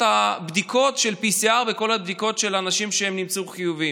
הבדיקות של PCR וכל הבדיקות של האנשים שנמצאו חיוביים.